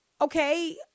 okay